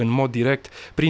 and more direct but